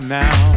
now